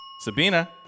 Sabina